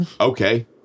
Okay